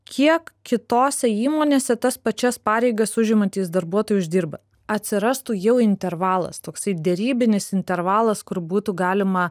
kiek kitose įmonėse tas pačias pareigas užimantys darbuotojai uždirba atsirastų jau intervalas toksai derybinis intervalas kur būtų galima